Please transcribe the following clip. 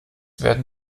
werden